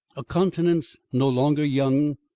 a countenance no longer young,